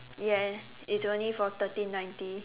ya it's only for thirteen ninety